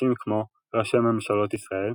אישים כמו ראשי ממשלות ישראל,